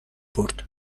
برد